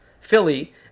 Philly